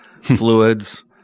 fluids